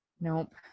nope